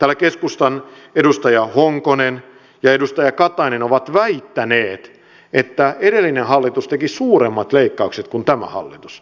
täällä keskustan edustaja honkonen ja edustaja katainen ovat väittäneet että edellinen hallitus teki suuremmat leikkaukset kuin tämä hallitus